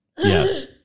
Yes